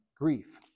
grief